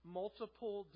multiple